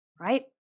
right